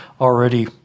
already